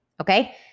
Okay